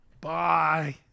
Bye